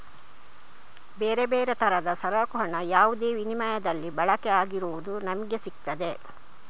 ಬೇರೆ ಬೇರೆ ತರದ ಸರಕು ಹಣ ಯಾವುದೇ ವಿನಿಮಯದಲ್ಲಿ ಬಳಕೆ ಆಗಿರುವುದು ನಮಿಗೆ ಸಿಗ್ತದೆ